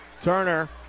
Turner